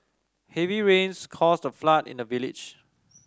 heavy rains caused a flood in the village